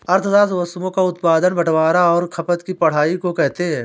अर्थशास्त्र वस्तुओं का उत्पादन बटवारां और खपत की पढ़ाई को कहते हैं